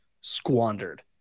squandered